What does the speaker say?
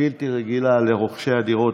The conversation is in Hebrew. בלתי רגילה לרוכשי הדירות,